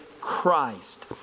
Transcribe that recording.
Christ